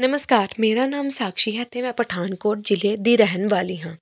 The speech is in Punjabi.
ਨਮਸਕਾਰ ਮੇਰਾ ਨਾਮ ਸਾਕਸ਼ੀ ਹੈ ਅਤੇ ਮੈਂ ਪਠਾਨਕੋਟ ਜਿਲ੍ਹੇ ਦੀ ਰਹਿਣ ਵਾਲੀ ਹਾਂ